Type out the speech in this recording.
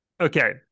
Okay